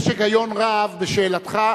יש היגיון רב בשאלתך,